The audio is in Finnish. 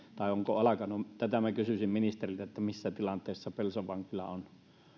tai onko jo alkanut tätä kysyisin ministeriltä missä tilanteessa pelson vankila on